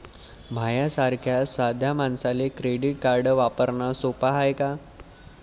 माह्या सारख्या साध्या मानसाले क्रेडिट कार्ड वापरने सोपं हाय का?